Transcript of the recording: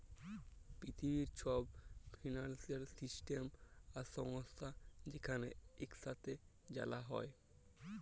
পিথিবীর ছব financial system আর সংস্থা যেখালে ইকসাথে জালা যায়